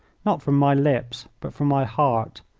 not from my lips, but from my heart,